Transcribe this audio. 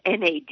NAD